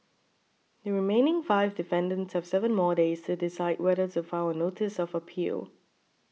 the remaining five defendants have seven more days to decide whether to file a notice of appeal